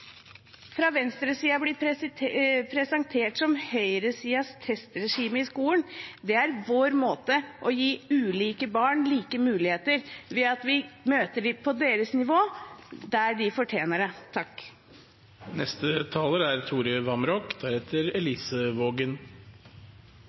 fra venstresiden blir presentert som høyresidens testregime i skolen, er vår måte å gi ulike barn like muligheter på, ved at vi møter dem på deres nivå, der de fortjener det.